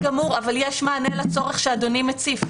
זה בסדר גמור, אבל יש מענה לצורך שאדוני מציף.